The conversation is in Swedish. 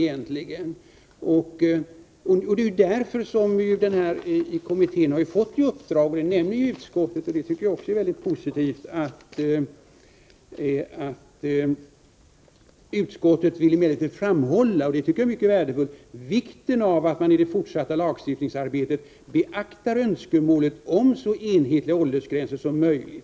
Utredningen har också fått ett ”tilläggsuppdrag”, vilket jag tycker är väldigt positivt. Utskottet skriver: ”Utskottet vill emellertid framhålla vikten av att man i de fortsatta lagstiftningsarbetet beaktar önskemålet om så enhetliga åldersgränser som möjligt.”